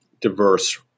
diverse